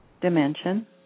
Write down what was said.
dimension